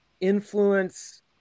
influence